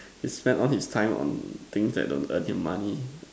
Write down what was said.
he spend all his time on things that don't earn him money